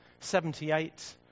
78